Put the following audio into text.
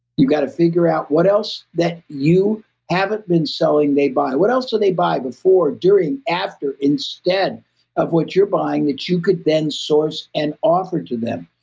you got to figure out what else that you haven't been selling they buy. what else do they buy before, during, after instead of what you're buying that you could then source and offer to them?